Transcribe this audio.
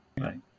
right